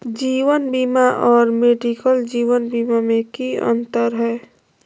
जीवन बीमा और मेडिकल जीवन बीमा में की अंतर है?